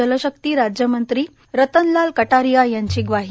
जलशक्ती राज्यमंत्री रतनलाल कटारिया यांची ग्वाही